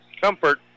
Comfort